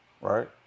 Right